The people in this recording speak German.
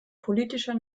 politischer